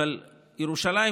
אבל ירושלים,